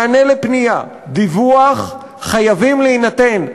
מענה על פנייה ודיווח חייבים להינתן,